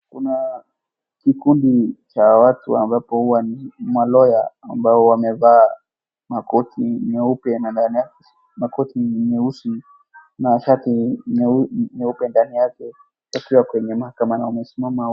Kuna kikundi cha watu ambapo huwa ni ma lawer ambao wamevaa makoti nyeupe na ndani yake makoti nyeusi na shati nyeupe ndani yake wakiwa kwenye mahakamani wamesimama.